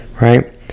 right